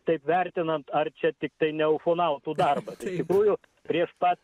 taip vertinant ar čia tiktai ne ufonautų darbas iš tikrųjų prieš pat